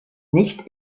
nicht